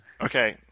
Okay